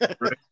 Right